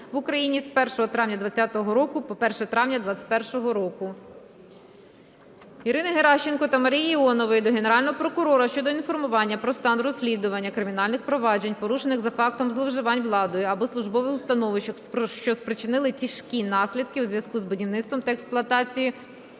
в Україні з 1 травня 2020 року по 1 травня 2021 року. Ірини Геращенко та Марії Іонової до Генерального прокурора щодо інформування про стан розслідування кримінальних проваджень, порушених за фактами зловживання владою або службовим становищем, що спричинили тяжкі наслідки у зв'язку з будівництвом та експлуатацією